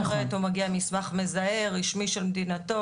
הוא מגיע עם מסמך מזהה רשמי של מדינתו,